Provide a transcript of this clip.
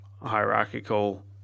hierarchical